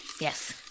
Yes